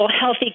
Healthy